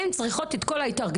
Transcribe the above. הן צריכות את כל ההתארגנות.